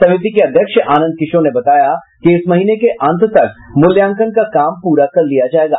समिति के अध्यक्ष आनंद किशोर ने बताया कि इस महीने के अंत तक मूल्यांकन का काम पूरा कर लिया जायेगा